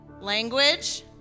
language